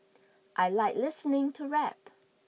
I like listening to rap